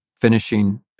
finishing